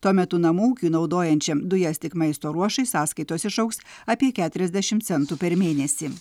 tuo metu namų ūkiui naudojančiam dujas tik maisto ruošai sąskaitos išaugs apie keturiasdešim centų per mėnesį